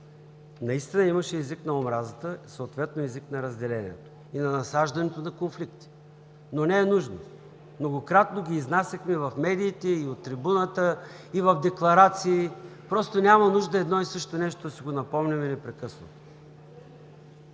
наистина имаше език на омразата и съответно език на разделението, и на насаждането на конфликт. Но не е нужно. Многократно ги изнасяхме в медиите, и от трибуната, и в декларации, просто няма нужда едно и също да си го напомняме непрекъснато.